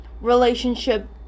relationship